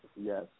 Yes